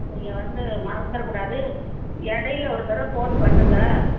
நீங்கள் வந்து மறந்துடக்கூடாது இடையில ஒரு தடவ ஃபோன் பண்ணுங்கள்